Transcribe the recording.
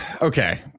okay